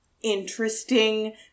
interesting